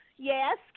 Yes